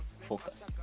Focus